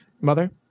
Mother